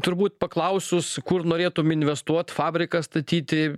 turbūt paklausus kur norėtum investuot fabriką statyti